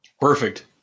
Perfect